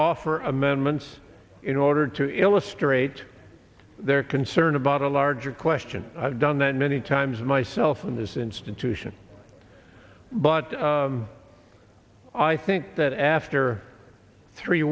offer amendments in order to illustrate their concern about a larger question i've done that many times myself this institution but i think that after three